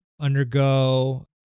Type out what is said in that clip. undergo